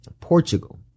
Portugal